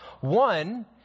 One